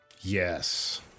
Yes